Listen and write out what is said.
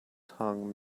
tongue